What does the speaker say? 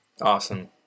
Awesome